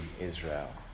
Israel